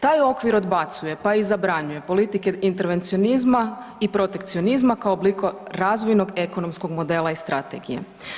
Taj okvir odbacuje, pa i zabranjuje politike intervencionizma i protekcionizma kao oblika razvojnog ekonomskog modela i strategije.